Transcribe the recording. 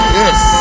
yes